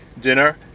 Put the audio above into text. dinner